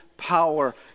power